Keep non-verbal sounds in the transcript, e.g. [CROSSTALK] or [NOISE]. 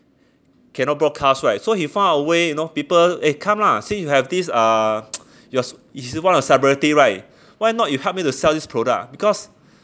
cannot broadcast right so he found a way you know people eh come lah since you have this uh [NOISE] yours is the one of the celebrity right why not you help me to sell this product because